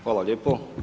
Hvala lijepo.